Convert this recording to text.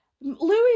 Louis